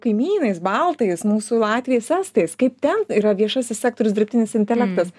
kaimynais baltais mūsų latviais estais kai ten yra viešasis sektorius dirbtinis intelektas